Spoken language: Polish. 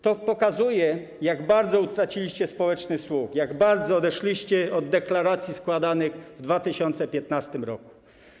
To pokazuje, jak bardzo utraciliście społeczny słuch, jak bardzo odeszliście od deklaracji składanych w 2015 r.